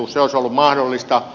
se olisi ollut mahdollista